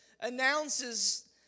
announces